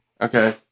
Okay